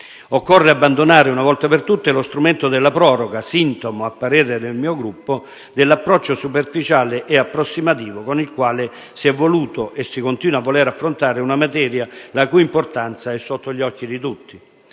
Occorre abbandonare, una volta per tutte, lo strumento della proroga, sintomo, a parere del mio Gruppo, dell'approccio superficiale e approssimativo con il quale si è voluto e si continua a voler affrontare una materia la cui importanza è sotto gli occhi di tutti.